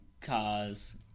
cars